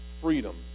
freedom